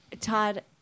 Todd